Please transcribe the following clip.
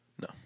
No